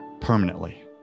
permanently